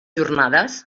jornades